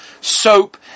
soap